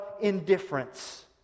indifference